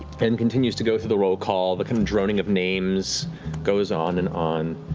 and continues to go through the roll call, the droning of names goes on and on,